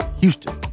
Houston